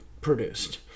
produced